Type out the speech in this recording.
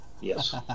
Yes